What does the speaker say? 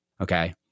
Okay